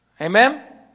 Amen